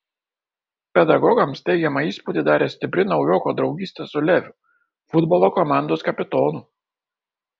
pedagogams teigiamą įspūdį darė stipri naujoko draugystė su leviu futbolo komandos kapitonu